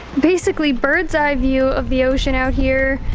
basically bird's eye view of the ocean out here.